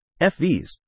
FVs